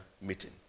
meeting